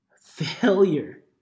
Failure